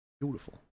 Beautiful